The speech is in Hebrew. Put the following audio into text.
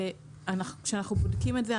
כשאנחנו בודקים את זה,